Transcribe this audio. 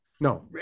no